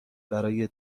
برای